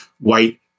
white